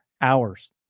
hours